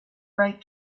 right